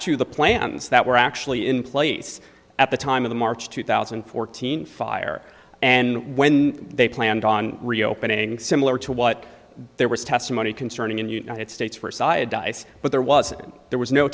to the plants that were actually in place at the time of the march two thousand and fourteen fire and when they planned on reopening similar to what there was testimony concerning in united states for saya dice but there was there was no